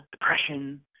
depression